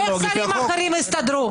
איך שרים אחרים הסתדרו?